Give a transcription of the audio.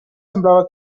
semblava